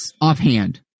offhand